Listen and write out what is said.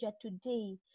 today